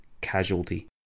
casualty